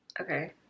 Okay